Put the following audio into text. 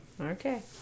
okay